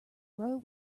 row